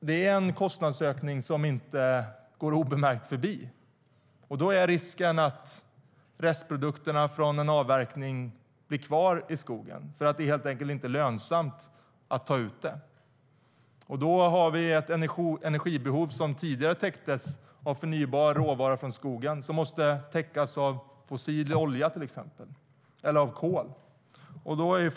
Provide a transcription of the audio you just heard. Det är en kostnadsökning som inte går obemärkt förbi. Risken är då att restprodukterna från en avverkning blir kvar i skogen för att det helt enkelt inte är lönsamt att ta ut dem. Då har vi ett energibehov som tidigare täcktes av förnybar råvara från skogen som måste täckas av till exempel fossil olja eller kol.